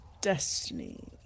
Destiny